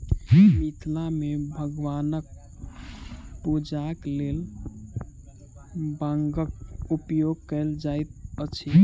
मिथिला मे भगवानक पूजाक लेल बांगक उपयोग कयल जाइत अछि